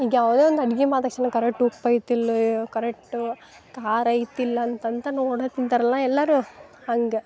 ಈಗ ಯಾವುದೋ ಒಂದು ಅಡಿಗೆ ಮಾಡಿ ತಕ್ಷಣ ಕರೆಟ್ ಉಪೈತ್ತಿಲ್ಲೋ ಕರೆಟ್ ಕಾರ ಐತಿಲ್ಲ ಅಂತಂತ ನೋಡ ತಿಂತಾರಲ್ಲಾ ಎಲ್ಲಾರು ಹಂಗೆ